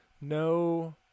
no